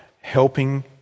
helping